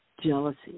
jealousy